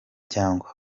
cyangwa